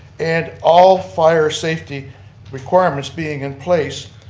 and all fire safety requirements being in place,